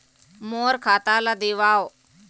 मोर खाता ला देवाव?